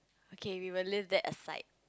okay we will leave that aside